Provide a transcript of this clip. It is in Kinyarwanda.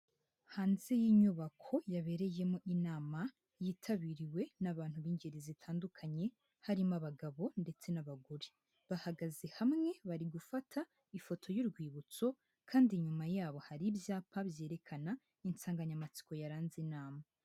Hanze y'inyubako yabereyemo inama yitabiriwe n'abantu b'ingeri zitandukanye, harimo abagabo ndetse n'abagore. Bahagaze hamwe, bari gufata ifoto y'urwibutso kandi inyuma yabo hari ibyapa byerekana insanganyamatsiko yaranze inama.